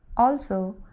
also,